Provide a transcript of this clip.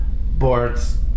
boards